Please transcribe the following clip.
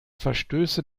verstöße